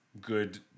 good